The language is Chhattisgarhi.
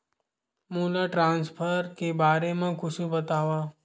मोला ट्रान्सफर के बारे मा कुछु बतावव?